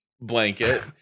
blanket